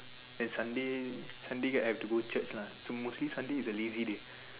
then Sunday Sunday I have to go Church lah so mostly Sunday is a lazy day